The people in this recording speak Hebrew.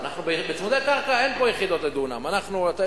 בצמודי קרקע אין פה יחידות לדונם, יש